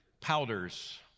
powders